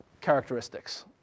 characteristics